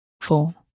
four